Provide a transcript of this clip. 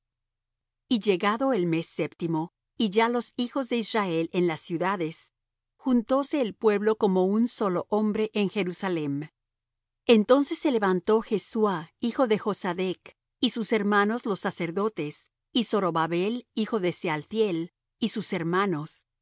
y llegado el mes séptimo y ya los hijos de israel en las ciudades juntóse el pueblo como un solo hombre en jerusalem entonces se levantó jesuá hijo de josadec y sus hermanos los sacerdotes y zorobabel hijo de sealthiel y sus hermanos